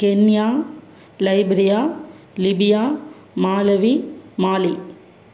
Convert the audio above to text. Kenya Liberia Libya Malawi Mali